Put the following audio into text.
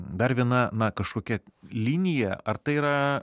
dar viena na kažkokia linija ar tai yra